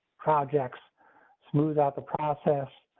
projects smooth out the process.